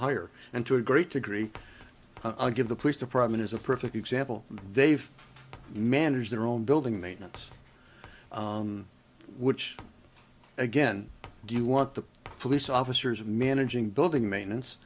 hire and to a great degree i'll give the police department is a perfect example they've manage their own building maintenance which again do you want the police officers managing building maintenance